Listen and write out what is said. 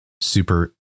super